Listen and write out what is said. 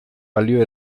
balio